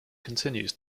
continues